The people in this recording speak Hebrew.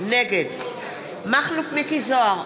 נגד מכלוף מיקי זוהר,